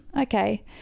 okay